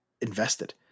invested